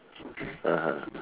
(uh huh)